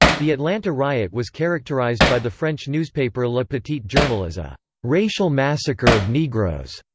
the atlanta riot was characterized by the french newspaper le petit journal as a racial massacre of negroes.